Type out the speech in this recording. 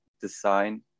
design